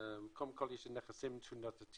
קודם כל יש נכסים שהם תנודתיים,